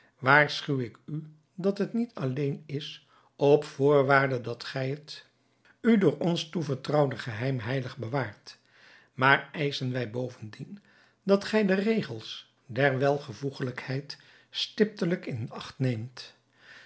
ik u dat het niet alleen is op voorwaarde dat gij het u door ons toevertrouwde geheim heilig bewaart maar eischen wij bovendien dat gij de regels der welvoegelijkheid stiptelijk in acht neemt